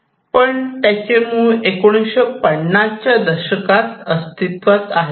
पण त्याचे मूळ 1950 च्या दशकात अस्तित्वात आहे